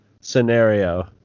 scenario